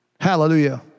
Hallelujah